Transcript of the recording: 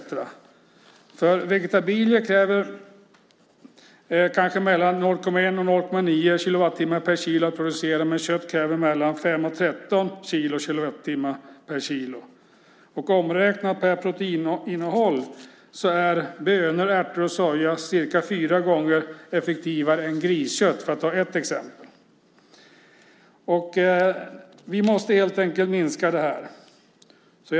Att producera vegetabilier kräver mellan 0,1 och 0,9 kilowattimmar per kilo, medan kött kräver mellan 5 och 13 kilowattimmar per kilo. Omräknat efter proteininnehåll är bönor, ärter och soja cirka fyra gånger effektivare än griskött, för att ta ett exempel. Vi måste helt enkelt minska köttkonsumtionen.